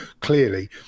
clearly